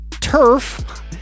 turf